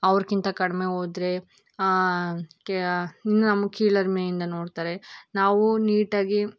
ಅವ್ರಿಗಿಂತ ಕಡಿಮೆ ಹೋದ್ರೆ ಇನ್ನೂ ನಮ್ಮ ಕೀಳರಿಮೆಯಿಂದ ನೋಡ್ತಾರೆ ನಾವೂ ನೀಟಾಗಿ